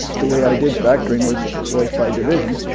the way i did factoring was was by division.